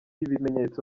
ibimenyetso